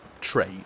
Trade